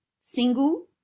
single